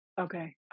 okay